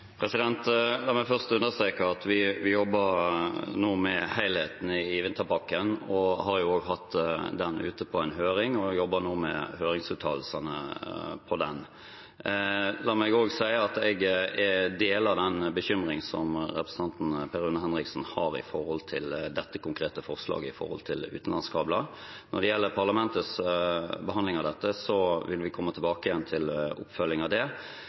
La meg først understreke at vi jobber nå med helheten i vinterpakken og har også hatt den ute på en høring, og vi jobber nå med høringsuttalelsene etter den. La meg også si at jeg deler den bekymring som representanten Per Rune Henriksen har med hensyn til dette konkrete forslaget vedrørende utenlandskabler. Når det gjelder parlamentets behandling av dette, vil vi komme tilbake igjen til en oppfølging av det.